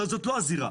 אבל זאת לא הזירה.